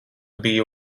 biji